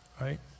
Right